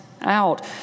out